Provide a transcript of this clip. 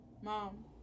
Mom